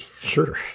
Sure